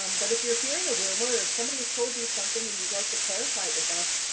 um but if you're hearing a rumor, or if somebody has told you something and you'd like to clarify it with us,